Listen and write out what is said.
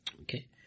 Okay